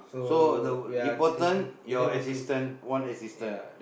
so the important your assistant one assistant